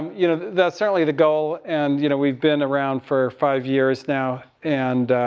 you know, that's certainly the goal, and, you know, we've been around for five years now, and,